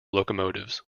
locomotives